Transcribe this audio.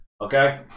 Okay